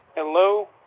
Hello